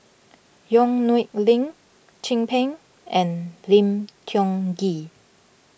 Yong Nyuk Lin Chin Peng and Lim Tiong Ghee